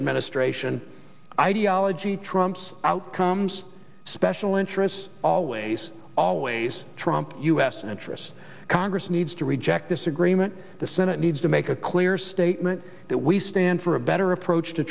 administration ideology trumps outcomes special interests always always trump u s interests congress needs to reject this agreement the senate needs to make a clear statement that we stand for a better approach to